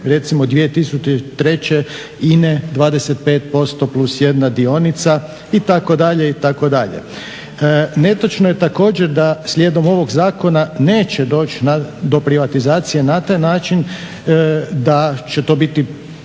recimo 2003. INA-e, 25%+1 dionica itd., itd. Netočno je također da slijedom ovog zakona neće doći do privatizacije na taj način da će to biti